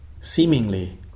seemingly